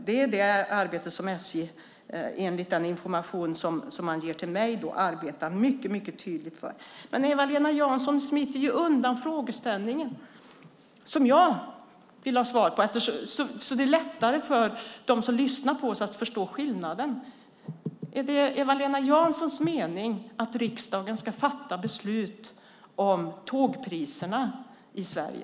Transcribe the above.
Det är det som SJ, enligt den information som man ger till mig, arbetar mycket tydligt för. Eva-Lena Jansson smiter ju undan frågeställningen som jag vill ha svar på, så att det blir lättare för dem som lyssnar på oss att förstå skillnaden. Är det Eva-Lena Janssons mening att riksdagen ska fatta beslut om priserna på tågresor i Sverige?